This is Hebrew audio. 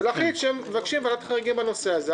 ולהחליט שהם מבקשים ועדת חריגים בנושא הזה.